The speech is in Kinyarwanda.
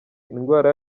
indwara